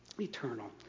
eternal